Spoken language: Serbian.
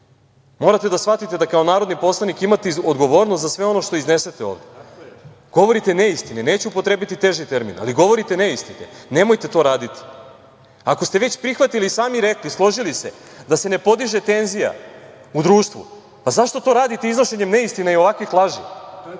Morate da shvatite da kao narodni poslanik imate odgovornost za sve ono što iznesete ovde. Govorite neistine. Neću upotrebiti teži termin, ali govorite neistine. Nemojte to raditi. Ako ste već prihvatili, sami rekli, složili se, da se ne podiže tenzija u društvu, zašto to radite iznošenjem neistina i ovakvih laži.